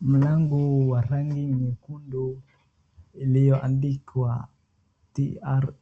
Mlango wa rangi nyekundu iliyoandikwa Tr